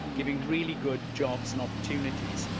giving really good jobs and opportunities.